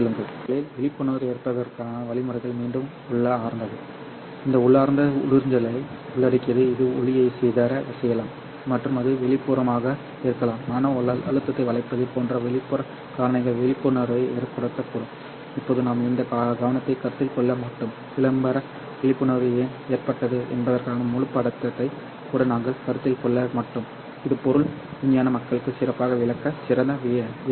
ஃபைபரில் விழிப்புணர்வு ஏற்படுவதற்கான வழிமுறைகள் மீண்டும் உள்ளார்ந்தவை இந்த உள்ளார்ந்த உறிஞ்சுதலை உள்ளடக்கியது இது ஒளியை சிதறச் செய்யலாம் மற்றும் அது வெளிப்புறமாக இருக்கலாம் மன அழுத்தத்தை வளைப்பது போன்ற வெளிப்புற காரணிகள் விழிப்புணர்வை ஏற்படுத்தக்கூடும் இப்போது நாம் இந்த கவனத்தை கருத்தில் கொள்ள மாட்டோம் விளம்பர விழிப்புணர்வு ஏன் ஏற்பட்டது என்பதற்கான முழுப் படத்தைக் கூட நாங்கள் கருத்தில் கொள்ள மாட்டோம் இது பொருள் விஞ்ஞான மக்களுக்கு சிறப்பாக விளக்க சிறந்த விடயமாகும்